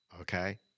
okay